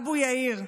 האבו יאיר.